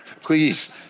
please